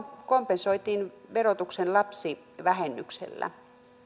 kompensoitiin verotuksen lapsivähennyksellä